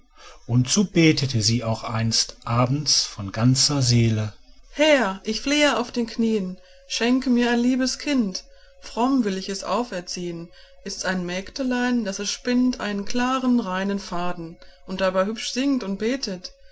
und so betete sie auch einst abends von ganzer seele herr ich flehe auf den knien schenke mir ein liebes kind fromm will ich es auferziehen ists ein mägdlein daß es spinnt einen klaren reinen faden und dabei hübsch singt und betet